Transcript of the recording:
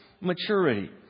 maturity